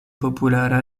populara